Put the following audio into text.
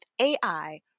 AI